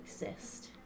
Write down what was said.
exist